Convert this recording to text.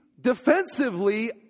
defensively